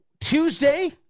Tuesday